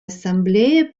ассамблея